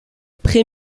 prés